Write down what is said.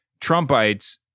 Trumpites